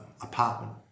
apartment